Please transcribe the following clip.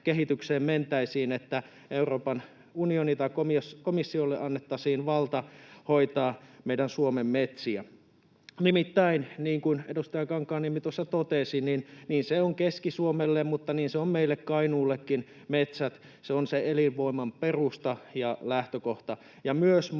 mentäisiin, että komissiolle annettaisiin valta hoitaa meidän Suomen metsiä. Nimittäin, niin kuin edustaja Kankaanniemi tuossa totesi, niin Keski-Suomelle kuin meille Kainuullekin metsät ovat se elinvoiman perusta ja lähtökohta